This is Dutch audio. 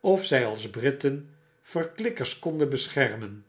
of zjj als britten verklikkers konden beschermen